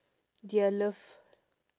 their love